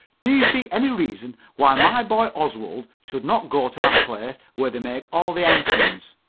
do you see any reason why my boy oswald should not go to that place where they make all the ensigns?